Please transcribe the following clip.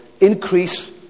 increase